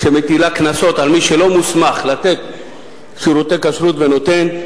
שמטילה קנסות על מי שלא מוסמך לתת שירותי כשרות ונותן.